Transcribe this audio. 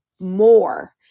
more